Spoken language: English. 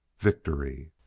victory!